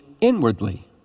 inwardly